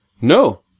No